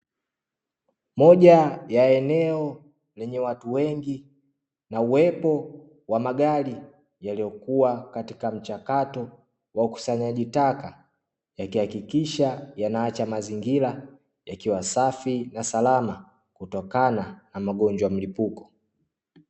Moja ya eneo lenye watu wengi na uwepo wa magari yaliyokuwa katika mchakato wa ukusanyaji taka, yakihakikisha yanaacha mazingira yakiwa safi na salama kutokana na magonjwa mlipuko.